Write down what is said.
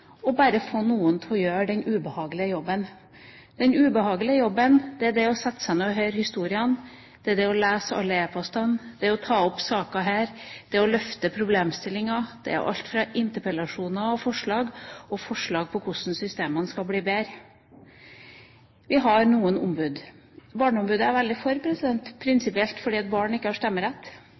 bekvemmelighetshensyn bare får noen til å gjøre den ubehagelige jobben. Den ubehagelige jobben er å sette seg ned og høre historiene, det er å lese alle e-postene, det er å ta opp saker her, det er å løfte problemstillinger, det er alt fra interpellasjoner til forslag om hvordan systemene skal bli bedre. Vi har noen ombud. Barneombudet er jeg prinsipielt veldig for fordi barn ikke har stemmerett.